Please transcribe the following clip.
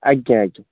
ଆଜ୍ଞା ଆଜ୍ଞା